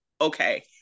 okay